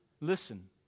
listen